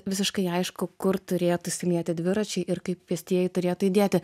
visiškai aišku kur turėtų įsilieti dviračiai ir kaip pėstieji turėtų judėti